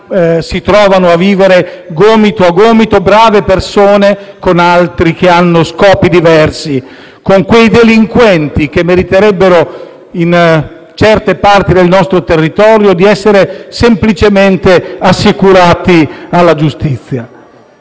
si trovano a vivere, gomito a gomito, brave persone con altri che hanno scopi diversi; con quei delinquenti, che meriterebbero in certe parti del nostro territorio di essere semplicemente assicurati alla giustizia.